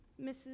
Mrs